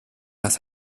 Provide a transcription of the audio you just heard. das